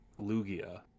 Lugia